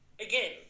again